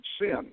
Sin